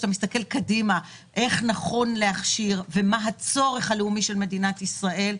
כשאתה מסתכל קדימה איך נכון להכשיר ומה הצורך הלאומי של מדינת ישראל,